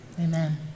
amen